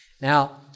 Now